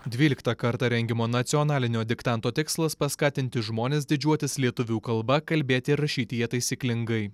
dvyliktą kartą rengiamo nacionalinio diktanto tikslas paskatinti žmones didžiuotis lietuvių kalba kalbėti ir rašyti ja taisyklingai